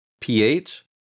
pH